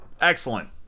excellent